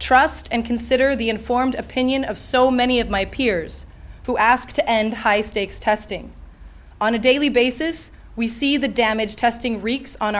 trust and consider the informed opinion of so many of my peers who ask to end high stakes testing on a daily basis we see the damage testing wreaks on